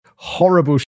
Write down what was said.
horrible